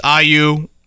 IU